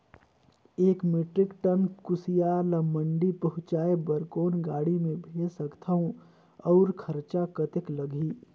एक metric ton कुसियार ल मंडी पहुंचाय बर कौन गाड़ी मे भेज सकत हव अउ खरचा कतेक लगही?